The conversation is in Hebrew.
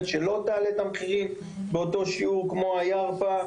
מלהעלות את המחירים באותו שיעור כמו הירפא,